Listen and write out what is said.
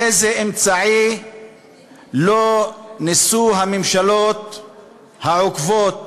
איזה אמצעי לא ניסו הממשלות העוקבות?